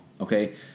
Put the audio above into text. okay